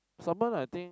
salmon I think